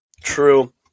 True